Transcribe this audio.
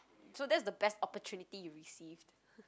so that's the best opportunity you received